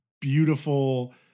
beautiful